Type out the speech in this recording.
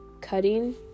cutting